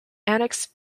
annex